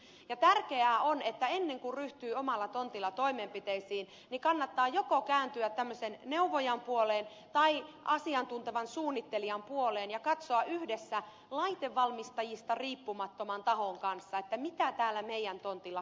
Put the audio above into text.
tärkeää on että ennen kuin ryhtyy omalla tontilla toimenpiteisiin kannattaa joko kääntyä tämmöisen neuvojan puoleen tai asiantuntevan suunnittelijan puoleen ja katsoa yhdessä laitevalmistajista riippumattoman tahon kanssa mitä täällä meidän tontillamme kannattaisi tehdä